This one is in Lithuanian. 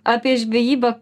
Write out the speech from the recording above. apie žvejybą